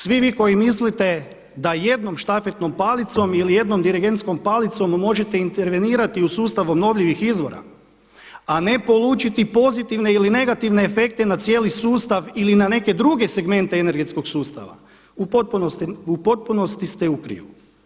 Svi vi koji mislite da jednom štafetnom palicom ili jednom dirigentskom palicom možete intervenirati u sustav obnovljivih izvora a ne polučiti pozitivne ili negativne efekte na cijeli sustav ili na neke druge segmente energetskog sustava u potpunosti ste u krivu.